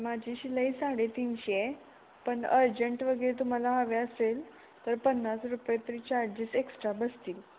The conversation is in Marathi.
माझी शिलाई साडे तीनशे आहे पण अर्जंट वगैरे तुम्हाला हवे असेल तर पन्नास रुपये तरी चार्जेस एक्सट्रा बसतील